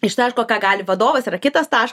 iš taško ką gali vadovas yra kitas taš